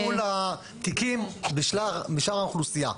תבדקו אל מול התיקים בשאר האוכלוסייה.